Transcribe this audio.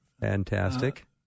Fantastic